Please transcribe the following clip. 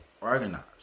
organized